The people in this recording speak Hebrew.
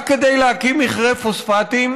רק כדי להקים מכרה פוספטים